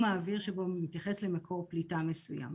האוויר שבו מתייחס למקור פליטה מסוים.